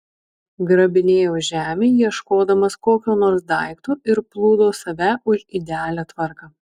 grabinėjo žemę ieškodamas kokio nors daikto ir plūdo save už idealią tvarką